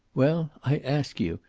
well, i ask you,